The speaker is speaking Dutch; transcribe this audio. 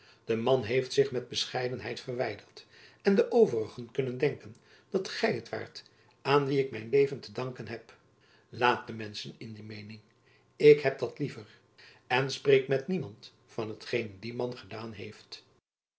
de man heeft zich met bescheidenheid verwijderd en de overigen kunnen denken dat gy het waart aan wien ik mijn leven te danken heb laat de menschen in die meening ik heb dat liever en spreek met niemand van hetgeen die man gedaan heeft